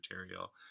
material